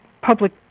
public